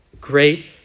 Great